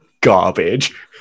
garbage